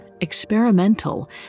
experimental